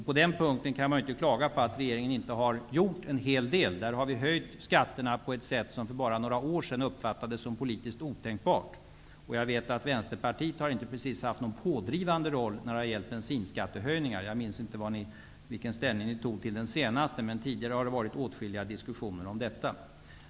På den punkten kan man inte klaga på att regeringen inte har gjort en hel del. Regeringen har höjt skatter som för bara några år sedan uppfattades som politiskt otänkbart. Jag vet att Vänsterpartiet inte precis har haft någon pådrivande roll när det gällt bensinskattehöjningar. Jag minns inte vilken ställning ni tog i frågan nu senast, men tidigare har det varit åtskilliga diskussioner om detta.